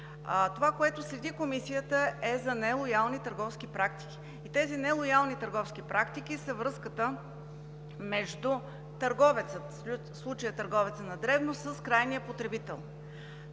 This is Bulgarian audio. Това, което следи Комисията, е за нелоялни търговски практики. Тези нелоялни търговски практики са връзката между търговеца, в случая търговеца на дребно, с крайния потребител.